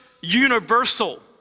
universal